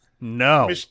No